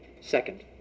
second